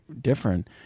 different